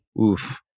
Oof